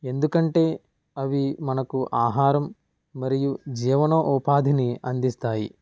ఎందుకంటే అవి మనకు ఆహారం మరియు జీవనోపాధిని అందిస్తాయి